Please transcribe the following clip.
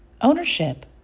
Ownership